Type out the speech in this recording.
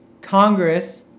Congress